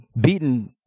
beaten